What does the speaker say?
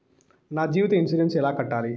నా జీవిత ఇన్సూరెన్సు ఎలా కట్టాలి?